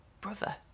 brother